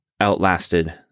outlasted